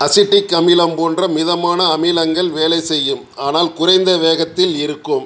acidic அமிலம் போன்ற மிதமான அமிலங்கள் வேலை செய்யும் ஆனால் குறைந்த வேகத்தில் இருக்கும்